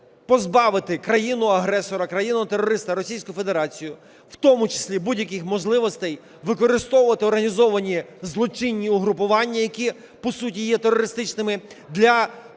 позбавити країну-агресора, країну-терориста Російську Федерацію в тому числі будь-яких можливостей використовувати організовані злочинні угруповання, які, по суті, є терористичними, для ведення